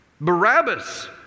Barabbas